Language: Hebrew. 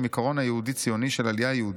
העיקרון היהודי-ציוני של עלייה יהודית,